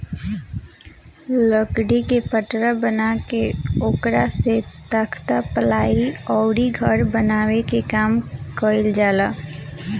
लकड़ी के पटरा बना के ओकरा से तख्ता, पालाइ अउरी घर बनावे के काम कईल जाला